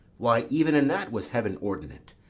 why, even in that was heaven ordinant.